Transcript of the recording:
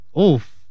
Oof